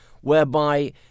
whereby